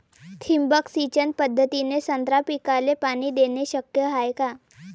ठिबक सिंचन पद्धतीने संत्रा पिकाले पाणी देणे शक्य हाये का?